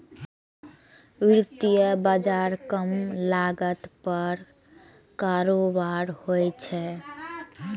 वित्तीय बाजार कम लागत पर कारोबार होइ छै